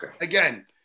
again